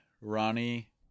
Ronnie